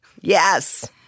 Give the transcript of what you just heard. Yes